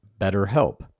BetterHelp